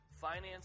finance